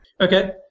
Okay